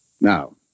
Now